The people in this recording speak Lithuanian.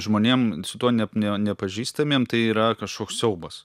žmonėm su tuo ne ne nepažįstamiem tai yra kažkoks siaubas